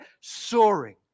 soaring